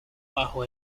bajo